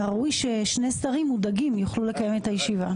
הראוי ששני שרים מודאגים יוכלו לקיים את הישיבה.